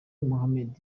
mohamed